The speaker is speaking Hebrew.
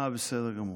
אה, בסדר גמור.